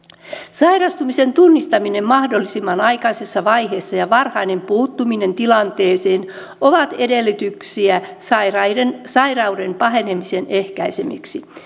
sairastumisen tunnistaminen mahdollisimman aikaisessa vaiheessa ja varhainen puuttuminen tilanteeseen ovat edellytyksiä sairauden sairauden pahenemisen ehkäisemiseksi